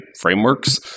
frameworks